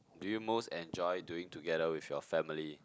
do you most enjoy doing together with your family